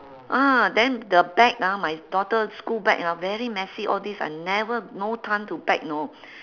ah then the bag ah my daughter school bag ah very messy all this I never no time to pack know